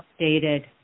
updated